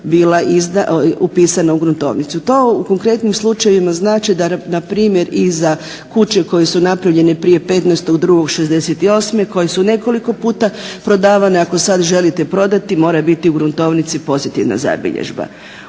bila upisana u gruntovnicu. To u konkretnim slučajevima znači da na primjer i za kuće koje su napravljene prije 15.2.'68. koje su nekoliko puta prodavane, ako sad želite prodati mora biti u gruntovnici pozitivna zabilježba.